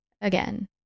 again